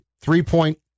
three-point